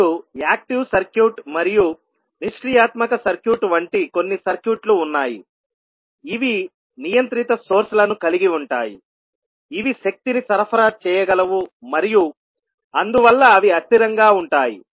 ఇప్పుడు active circuit మరియు నిష్క్రియాత్మక సర్క్యూట్ వంటి కొన్ని సర్క్యూట్లు ఉన్నాయి ఇవి నియంత్రిత సోర్స్ లను కలిగి ఉంటాయి ఇవి శక్తిని సరఫరా చేయగలవు మరియు అందువల్ల అవి అస్థిరంగా ఉంటాయి